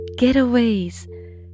getaways